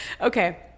Okay